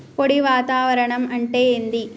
పొడి వాతావరణం అంటే ఏంది?